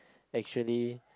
actually